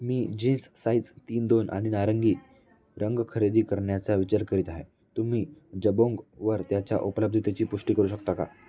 मी jeans size तीन दोन आणि नारंगी रंग खरेदी करण्याचा विचार करीत आहे तुम्ही जबोंगवर त्याच्या उपलब्धतेची पुष्टी करू शकता का